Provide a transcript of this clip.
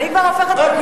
אני אתן לך שתי תשובות.